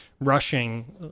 rushing